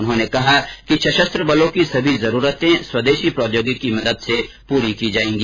उन्होंने कहा कि सशस्त्र बलों की सभी जरूरते स्वदेशी प्रौदयोगिकी की मदद से पूरी की जाएगी